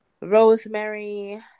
rosemary